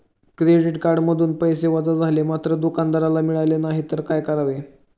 Credit कार्डमधून पैसे वजा झाले मात्र दुकानदाराला मिळाले नाहीत तर काय करावे?